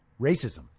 racism